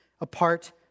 apart